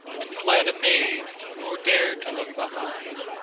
and fled amazed, nor dared to look behind.